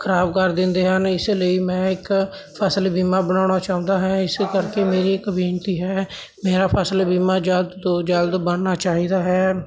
ਖਰਾਬ ਕਰ ਦਿੰਦੇ ਹਨ ਇਸ ਲਈ ਮੈਂ ਇੱਕ ਫਸਲ ਬੀਮਾ ਬਣਾਉਣਾ ਚਾਹੁੰਦਾ ਹੈ ਇਸ ਕਰਕੇ ਮੇਰੀ ਇੱਕ ਬੇਨਤੀ ਹੈ ਮੇਰਾ ਫਸਲ ਬੀਮਾ ਜਲਦ ਤੋਂ ਜਲਦ ਬਣਨਾ ਚਾਹੀਦਾ ਹੈ